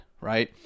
Right